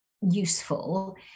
useful